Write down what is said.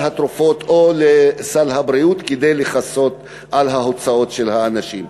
התרופות או לסל הבריאות כדי לכסות על ההוצאות של האנשים.